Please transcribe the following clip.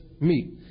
meet